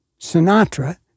Sinatra